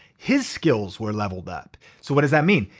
his skills were leveled up. so what does that mean?